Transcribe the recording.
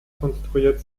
konstruiert